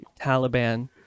Taliban